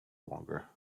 longer